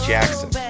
Jackson